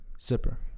Zipper